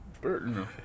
Burton